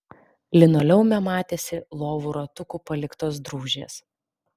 linoleume matėsi lovų ratukų paliktos drūžės